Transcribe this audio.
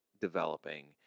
developing